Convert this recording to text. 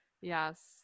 Yes